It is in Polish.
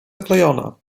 zaklejona